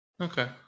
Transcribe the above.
okay